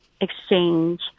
exchange